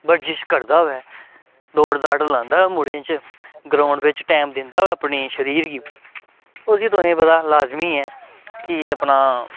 बर्जिश करदा होऐ दौड़ दाड़ लांदा होऐ मुड़ें च ग्राउंड बिच्च टैम दिंदा होऐ अपनी शरीर गी उसी तुसें गी पता लाजमी ऐ कि अपना